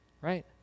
right